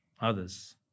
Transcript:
others